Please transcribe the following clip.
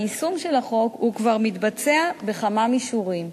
היישום של החוק כבר מתבצע בכמה מישורים,